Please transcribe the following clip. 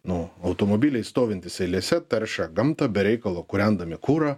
nu automobiliai stovintys eilėse teršia gamtą be reikalo kūrendami kurą